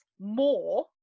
more